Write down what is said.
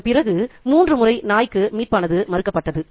அதன் பிறகு மூன்று முறை நாய்க்கு மீட்பானது மறுக்கப்பட்டது